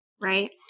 right